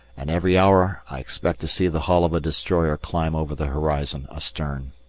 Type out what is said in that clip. and every hour i expect to see the hull of a destroyer climb over the horizon astern.